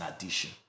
addition